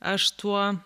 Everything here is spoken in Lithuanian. aš tuo